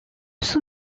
sous